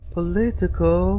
Political